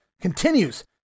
continues